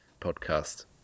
podcast